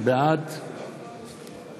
בעד